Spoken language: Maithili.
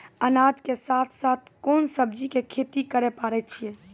अनाज के साथ साथ कोंन सब्जी के खेती करे पारे छियै?